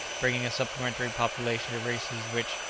bringing a supplementary population to races which,